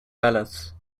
ballads